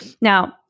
Now